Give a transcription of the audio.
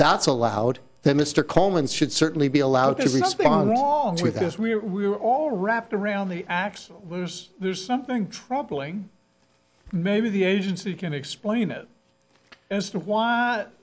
that's allowed then mr coleman should certainly be allowed to respond wrong with this we were all wrapped around the axle where's there's something troubling maybe the agency can explain it as to why